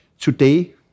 today